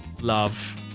love